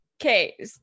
okay